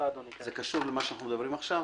זה קשור למה שאנחנו מדברים עליו עכשיו?